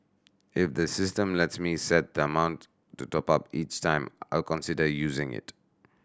if the system lets me set the amount to top up each time I'll consider using it